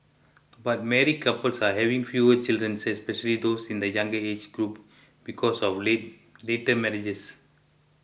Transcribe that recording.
but married couples are having fewer children especially those in the younger age groups because of late later marriages